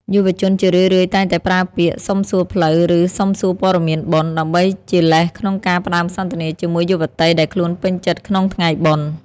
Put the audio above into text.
យុវជនជារឿយៗតែងតែប្រើពាក្យ "សុំសួរផ្លូវ" ឬ "សុំសួរព័ត៌មានបុណ្យ" ដើម្បីជាលេសក្នុងការផ្ដើមសន្ទនាជាមួយយុវតីដែលខ្លួនពេញចិត្តក្នុងថ្ងៃបុណ្យ។